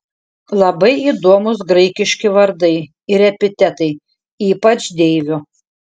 labai įdomūs graikiški vardai ir epitetai ypač deivių